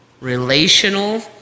relational